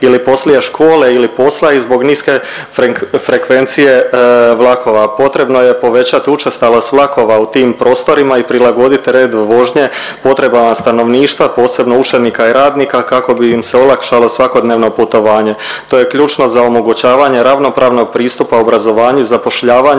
ili poslije škole ili posla i zbog niske frekvencije vlakova. Potrebno je povećat učestalost vlakova u tim prostorima i prilagodit red vožnje potrebama stanovništva, posebno učenika i radnika kako bi im se olakšalo svakodnevno putovanje. To je ključno za omogućavanje ravnopravnog pristupa obrazovanju i zapošljavanju